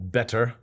Better